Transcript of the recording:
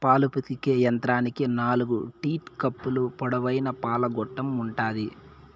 పాలు పితికే యంత్రానికి నాలుకు టీట్ కప్పులు, పొడవైన పాల గొట్టం ఉంటాది